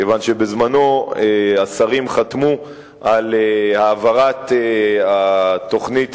כיוון שבזמנו השרים חתמו על העברת התוכנית